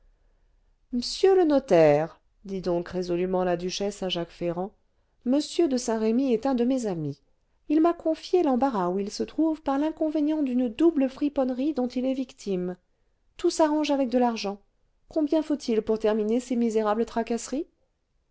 m'sieu le notaire dit donc résolument la duchesse à jacques ferrand m de saint-remy est un de mes amis il m'a confié l'embarras où il se trouve par l'inconvénient d'une double friponnerie dont il est victime tout s'arrange avec de l'argent combien faut-il pour terminer ces misérables tracasseries